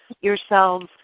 yourselves